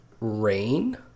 Rain